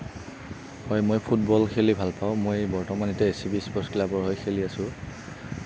হয় মই ফুটবল খেলি ভাল পাওঁ মই এ চি বি চুপাৰ্ছ ক্লাবৰ হৈ খেলি আছোঁ